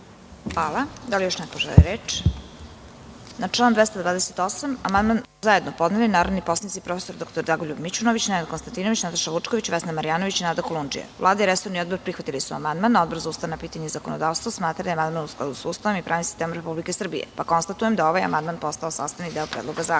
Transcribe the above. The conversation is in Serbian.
Kovač** Da li još neko želi reč? (Ne)Na član 228. amandman su zajedno podneli narodni poslanici prof. dr Dragoljub Mićunović, Nenad Konstatinović, Nataša Vučković, Vesna Marjanović i Nada Kulundžija. Vlada i resorni odbor su prihvatili amandman. Odbor za ustavna pitanja i zakonodavstvo smatra da je amandman u skladu sa Ustavom i pravnim sistemom Republike Srbije. Konstatujem da je ovaj amandman postavo sastavni deo Predloga zakona. Da